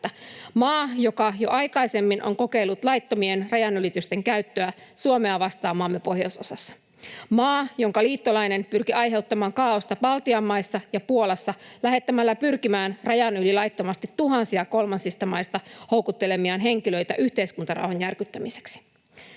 maa, joka jo aikaisemmin on kokeillut laittomien rajanylitysten käyttöä Suomea vastaan maamme pohjoisosassa, maa, jonka liittolainen pyrki aiheuttamaan kaaosta Baltian maissa ja Puolassa lähettämällä pyrkimään rajan yli laittomasti tuhansia kolmansista maista houkuttelemiaan henkilöitä yhteiskuntarauhan järkyttämiseksi.